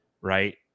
right